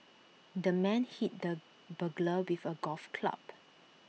the man hit the burglar with A golf club